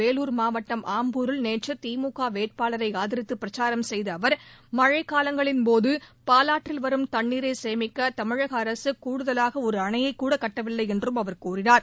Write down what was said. வேலூர் மாவட்டம் ஆம்பூரில் நேற்று திமுக வேட்பாளரை ஆதரித்து பிரச்சாரம் செய்த அவர் மழைக்காலங்களின் போது பாலாற்றில் வரும் தண்ணீரை சேமிக்க தமிழக அரசு கூடுதலாக ஒரு அணையைக் கூட்டவில்லை என்றும் அவர் கூறினார்